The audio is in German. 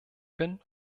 bin